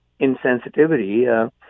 insensitivity